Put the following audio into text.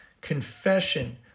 confession